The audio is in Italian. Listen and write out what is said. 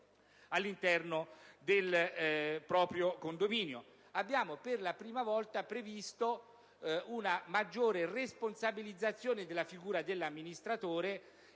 all'interno del proprio condominio. Abbiamo previsto per la prima volta una maggiore responsabilizzazione della figura dell'amministratore,